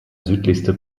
südlichste